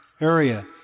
area